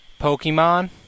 Pokemon